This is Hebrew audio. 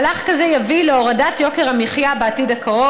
מהלך כזה יביא להורדת יוקר המחיה בעתיד הקרוב,